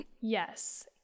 Yes